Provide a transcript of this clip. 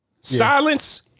Silence